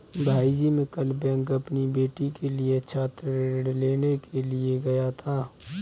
भाईजी मैं कल बैंक अपनी बेटी के लिए छात्र ऋण लेने के लिए गया था